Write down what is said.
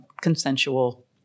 consensual